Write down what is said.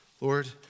Lord